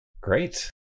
Great